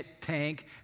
tank